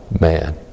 man